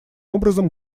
образом